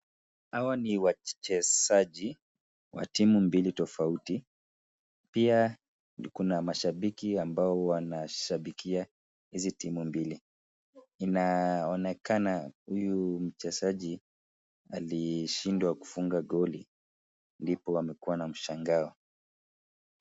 Hawa ni wachezaji wa timu mbili tofauti, pia kuna mashabiki ambao wanashabikia hizi timu mbili. Inaonekana huyu mchezaji, alishindwa kufunga goli, ndipo wamekua na mshangao.